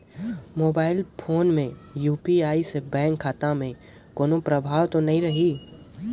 Mobile phone मे UPI से bank खाता मे कोनो प्रभाव तो नइ रही?